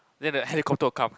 then the helicopter will come